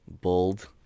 bold